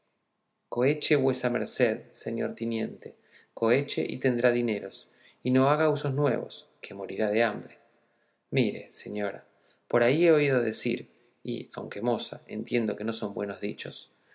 esperallo coheche vuesa merced señor tiniente coheche y tendrá dineros y no haga usos nuevos que morirá de hambre mire señora por ahí he oído decir y aunque moza entiendo que no son buenos dichos que de los oficios